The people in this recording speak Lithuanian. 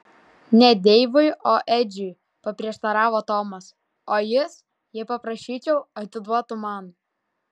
ne deivui o edžiui paprieštaravo tomas o jis jei paprašyčiau atiduotų man